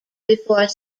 before